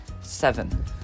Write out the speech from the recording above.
seven